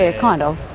ah kind of.